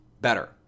better